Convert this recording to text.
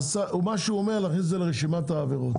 למעשה אתה מבקש להכניס את זה לרשימת העבירות.